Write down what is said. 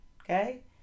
okay